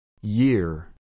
Year